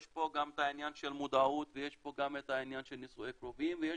יש גם את העניין של מודעות ויש גם את העניין של נישואי קרובים ויש